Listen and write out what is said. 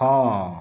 ହଁ